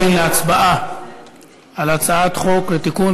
אם כן,